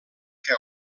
que